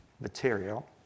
material